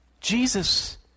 Jesus